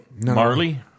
Marley